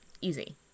easy